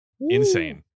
Insane